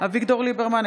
אביגדור ליברמן,